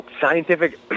scientific